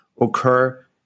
occur